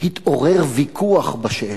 התעורר ויכוח בשאלה.